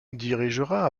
dirigera